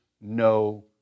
no